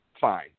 fine